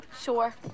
Sure